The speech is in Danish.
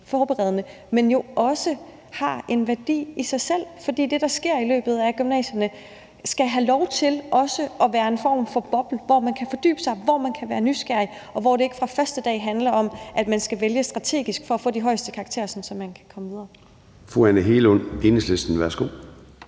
men jo også har en værdi i sig selv. For i løbet af gymnasiet skal man have lov til også at være i en form for boble, hvor man kan fordybe sig, hvor man kan være nysgerrig, og hvor det ikke fra første dag handler om, at man skal vælge strategisk for at få de højeste karakterer, sådan at man kan komme videre.